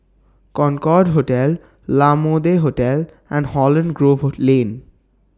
Concorde Hotel La Mode Hotel and Holland Grove Lane